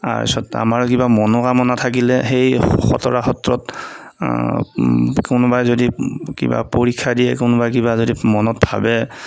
তাৰপিছত আমাৰ কিবা মনোকামনা থাকিলে সেই খটৰা সত্ৰত কোনোবাই যদি কিবা পৰীক্ষা দিয়ে কোনোবাই কিবা যদি মনত ভাবে